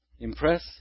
Impress